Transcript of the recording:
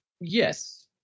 Yes